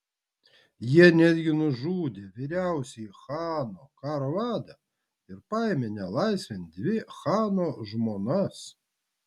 jie netgi nužudė vyriausiąjį chano karo vadą ir paėmė nelaisvėn dvi chano žmonas